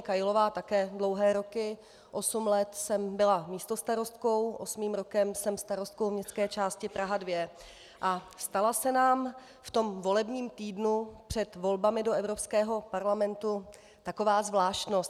Kailová také dlouhé roky, osm let jsem byla místostarostkou, osmým rokem jsem starostkou městské části Praha 2, a stala se nám ve volebním týdnu před volbami do Evropského parlamentu taková zvláštnost.